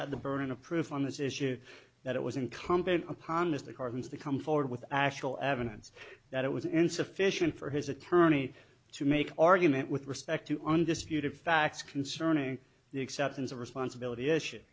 had the burden of proof on this issue that it was incumbent upon is the carbons the come forward with actual evidence that it was insufficient for his attorney to make argument with respect to undisputed facts concerning the acceptance of responsibility issue